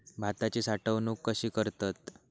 भाताची साठवूनक कशी करतत?